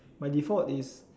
by default is